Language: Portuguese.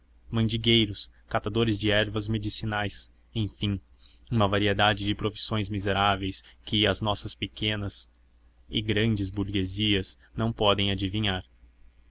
mandingueiros catadores de ervas medicinais enfim uma variedade de profissões miseráveis que as nossas pequena e grande burguesias não podem adivinhar